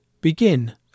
Begin